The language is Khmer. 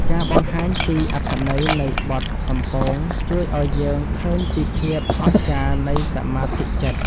ការបង្ហាញពីអត្ថន័យនៃបទ សំពោង ជួយឱ្យយើងឃើញពីភាពអស្ចារ្យនៃសមាធិចិត្ត។